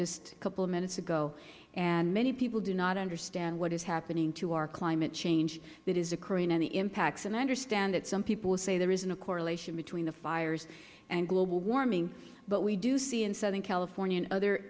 just a couple minutes ago and many people do not understand what is happening to our climate change that is occurring and the impacts and i understand that some people will say there is no correlation between the fires and global warming but we do see in southern california and other